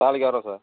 நாளைக்கு வரோம் சார்